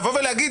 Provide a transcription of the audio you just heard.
לבוא ולהגיד,